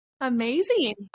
Amazing